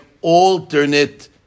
alternate